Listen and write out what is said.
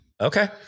Okay